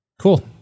Cool